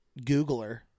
Googler